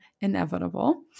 inevitable